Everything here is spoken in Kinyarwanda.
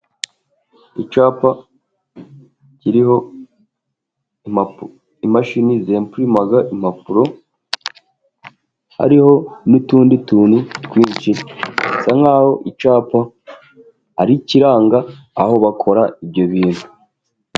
Icyapa kiriho imashini zempurimaga impapuro. Hariho n'utundi tuntu twinshi bisa nk'aho icyapa ari ikiranga aho bakora ibyo bintu.